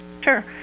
Sure